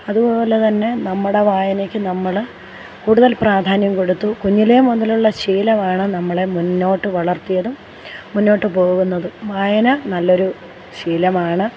അതുപോലെ തന്നെ നമ്മുടെ വായനയ്ക്ക് നമ്മൾ കൂടുതല് പ്രാധാന്യം കൊടുത്തു കുഞ്ഞിലേ മുതലുള്ള ശീലമാണ് നമ്മളെ മുന്നോട്ടു വളര്ത്തിയതും മുന്നോട്ടു പോകുന്നതും വായന നല്ലൊരു ശീലമാണ്